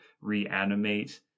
reanimate